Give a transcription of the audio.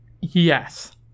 yes